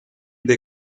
the